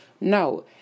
No